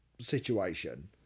situation